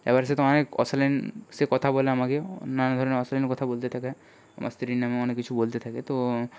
এবারে সে তো অনেক অশালীন সে কথা বলে আমাকে নানা ধরনের অশালীন কথা বলতে থাকে আমার স্ত্রীর নামে অনেক কিছু বলতে থাকে তো